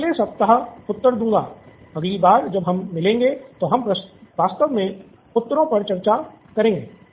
मैं अगले सप्ताह उत्तर दूंगा अगली बार जब हम मिलेंगे तो हम वास्तव में उत्तरों पर चर्चा करेंगे